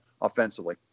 offensively